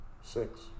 Six